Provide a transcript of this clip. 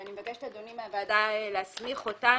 ואני מבקשת, אדוני, מהוועדה להסמיך אותנו,